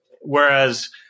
Whereas